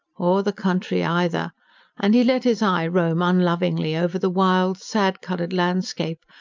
or the country either and he let his eye roam unlovingly over the wild, sad-coloured landscape,